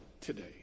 today